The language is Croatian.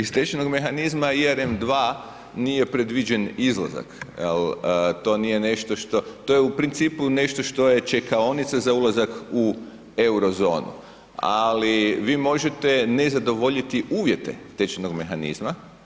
Iz tečajnom mehanizma ERM II nije predviđen izlazak jel to nije nešto što, to je u principu nešto što je čekaonica za ulazak u euro zonu, ali vi možete ne zadovoljiti uvjete tečajnog mehanizma.